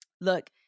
Look